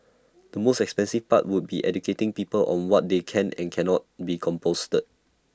the most expensive part would be educating people on what they can and cannot be composted